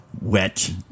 wet